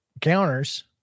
counters